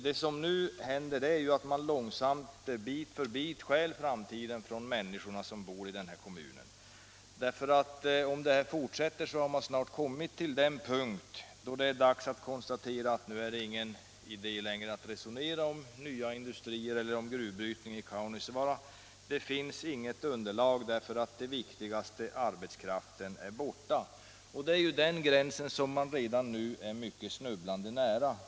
Det som nu händer är ju att man långsamt bit för bit stjäl framtiden från människorna som bor i den här kommunen, för om detta fortsätter har man snart kommit till den punkt då det är dags att konstatera att nu är det inte längre någon idé att resonera om nya industrier eller om gruvbrytning i Kaunisvaara. Det finns inget underlag, därför att det viktigaste — arbetskraften — är borta. Den gränsen är man redan nu snubblande nära.